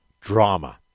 drama